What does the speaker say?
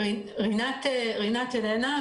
רינת איננה,